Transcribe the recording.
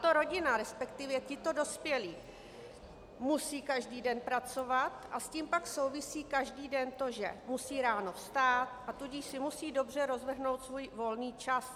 Tato rodina, resp. tito dospělí, musí každý den pracovat, a s tím pak souvisí každý den to, že musí ráno vstát, a tudíž si musí dobře rozvrhnout svůj volný čas.